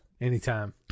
Anytime